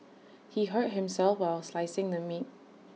he hurt himself while slicing the meat